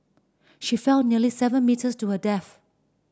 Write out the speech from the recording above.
she fell nearly seven metres to her death